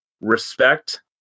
Respect